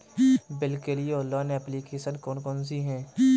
Bill के लिए online application कौन कौन सी हैं?